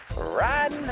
red